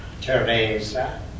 Teresa